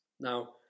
Now